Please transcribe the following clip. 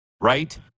right